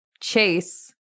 chase